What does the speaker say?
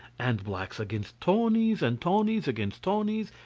and blacks against tawnies, and tawnies against tawnies,